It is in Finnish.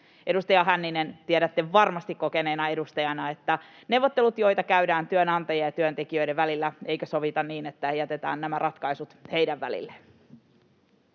Edustaja Hänninen, tiedätte varmasti kokeneena edustajana, että neuvottelut käydään työnantajien ja työntekijöiden välillä. Eikö sovita niin, että jätetään nämä ratkaisut heidän välilleen?